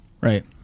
Right